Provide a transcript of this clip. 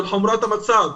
על חומרת המצב.